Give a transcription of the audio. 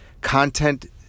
content